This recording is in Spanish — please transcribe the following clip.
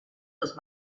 los